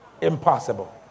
Impossible